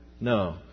No